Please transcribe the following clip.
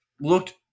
looked